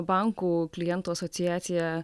bankų klientų asociacija